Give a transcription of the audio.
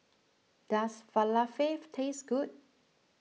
does Falafel taste good